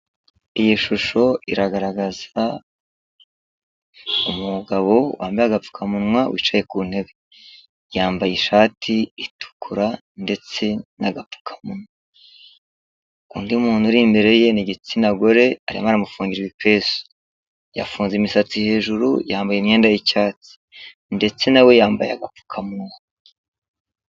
Iyi shusho iragaragaza umugabo wambaye agapfukamunwa wicaye kuntebe yambaye ishati itukura ndetse n'agapfuka munwa. Undi muntu uri imbere ye ni igitsinagore arimo aramufungira ibipesu yafunze imisatsi hejuru, ya imyenda y'icyatsi ndetse nawe yambaye agapfukamunwa.